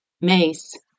Mace